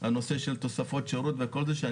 הנושא של תוספות שירות והגודש,